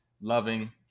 loving